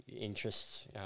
interests